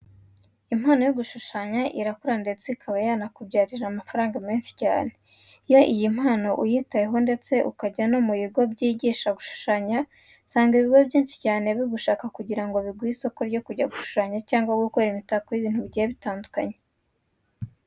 Impano yo gushushanya irakura ndetse ikaba yanakubyarira amafaranga menshi cyane. Iyo iyi mpano uyitayeho ndetse ukajya no mu bigo byigisha gushushanya usanga ibigo byinshi cyane bigushaka kugira ngo biguhe isoko ryo kujya gushushanya cyangwa gukora imitako y'ibintu bigiye bitandukanye.